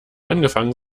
angefangen